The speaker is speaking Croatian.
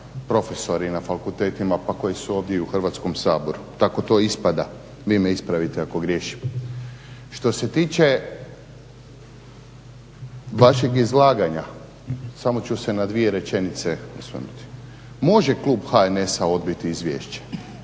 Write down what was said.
profesori na fakultetima pa koji su ovdje i u Hrvatskom saboru. Tako to ispada, vi me ispravite ako griješim. Što se tiče vašeg izlaganja, samo ću se na dvije rečenice osvrnuti. Može klub HNS-a odbiti izvješće,